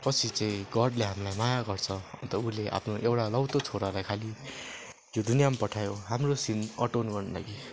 पछि चाहिँ गडले हामीलाई माया गर्छ अन्त उसले आफ्नो एउटा लौतो छोरालाई खाली यो दुनियाँमा पठायो हाम्रो सिन हटाउनु गर्नु लागि